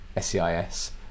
SEIS